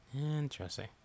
Interesting